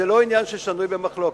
זה לא עניין ששנוי במחלוקת,